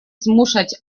zmuszać